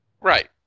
Right